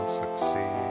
succeed